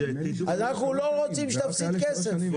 אנחנו לא רוצים שתפסיד כסף.